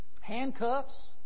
handcuffs